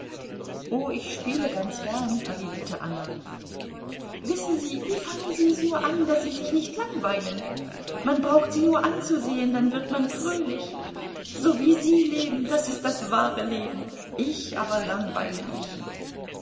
oh ich spiele ganz gern erwiderte anna wissen sie wie fangen sie es nur an daß sie sich nicht langweilen man braucht sie nur anzusehen dann wird man fröhlich so wie sie leben das ist das wahre leben ich aber langweile mich